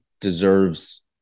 deserves